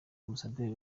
ambasaderi